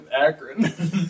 Akron